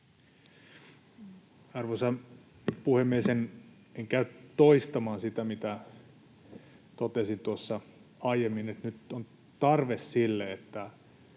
Arvoisa puhemies! En käy toistamaan sitä, mitä totesin tuossa aiemmin, että nyt on tarve sille, että